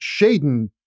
Shaden